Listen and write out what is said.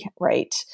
right